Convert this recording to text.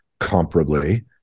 comparably